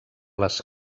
les